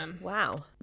wow